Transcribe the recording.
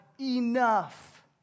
enough